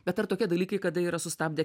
bet ar tokie dalykai kada yra sustabdę